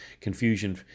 Confusion